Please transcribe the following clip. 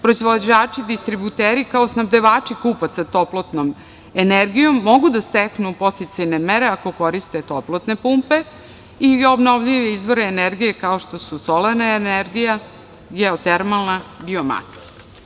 Proizvođači distributeri kao snabdevači kupaca toplotnom energijom mogu da steknu podsticajne mere ako koriste toplotne pumpe i obnovljive izvore energije kao što su solarna energija, geotermalna, biomasa.